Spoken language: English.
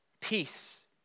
Peace